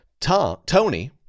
Tony